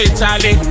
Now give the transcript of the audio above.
Italy